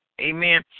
Amen